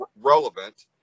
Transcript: relevant